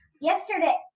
yesterday